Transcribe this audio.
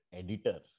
editor